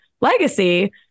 legacy